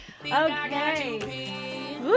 Okay